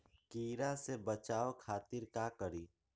कीरा से बचाओ खातिर का करी?